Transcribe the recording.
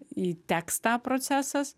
į tekstą procesas